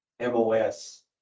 MOS